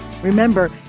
Remember